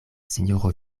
sinjoro